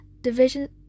division